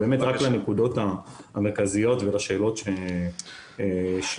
רק לנקודות המרכזיות ולשאלות שהועלו.